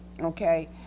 Okay